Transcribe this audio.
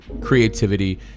creativity